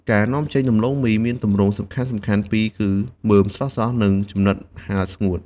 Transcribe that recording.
ការនាំចេញដំឡូងមីមានទម្រង់សំខាន់ៗពីរគឺ មើមស្រស់ៗ និងចំណិតហាលស្ងួត។